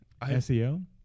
SEO